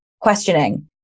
questioning